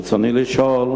רצוני לשאול: